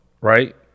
right